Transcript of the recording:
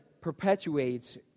perpetuates